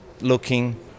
looking